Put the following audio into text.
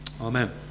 Amen